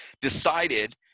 decided